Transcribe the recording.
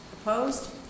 Opposed